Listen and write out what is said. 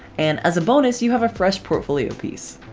and as a bonus you have a fresh portfolio piece!